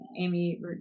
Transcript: amy